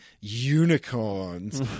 unicorns